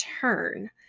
turn